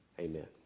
Amen